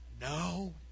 No